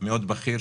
מאוד בכיר,